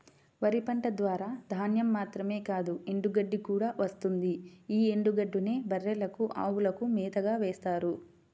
వరి పంట ద్వారా ధాన్యం మాత్రమే కాదు ఎండుగడ్డి కూడా వస్తుంది యీ ఎండుగడ్డినే బర్రెలకు, అవులకు మేతగా వేత్తారు